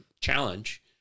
challenge